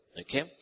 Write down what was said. Okay